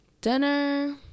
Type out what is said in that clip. Dinner